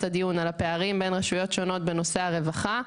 הדיון על הפערים בין רשויות שונות בנושא הרווחה,